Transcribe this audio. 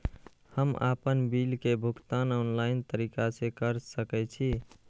हम आपन बिल के भुगतान ऑनलाइन तरीका से कर सके छी?